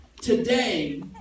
Today